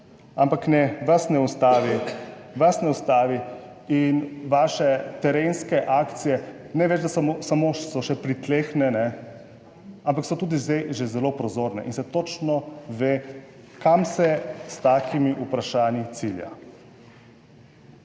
ampak ne, vas ne ustavi in vaše terenske akcije ne več, da samo so še pritlehne, ampak so tudi zdaj že zelo prozorne in se točno ve, kam se s takimi vprašanji cilja.